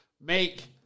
make